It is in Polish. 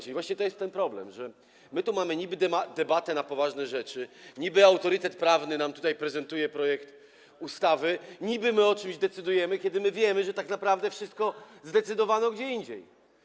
I właśnie to jest ten problem, że my tu mamy niby-debatę na poważne rzeczy, niby-autorytet prawny nam tutaj prezentuje projekt ustawy, niby my o czymś decydujemy, ale my wiemy, że tak naprawdę o wszystkim zdecydowano gdzie indziej.